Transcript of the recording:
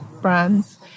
brands